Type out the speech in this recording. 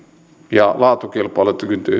ja laatukilpailukyky